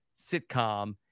sitcom